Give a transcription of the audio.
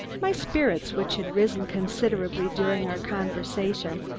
my spirits, which had risen considerably during our conversation,